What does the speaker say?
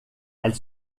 elle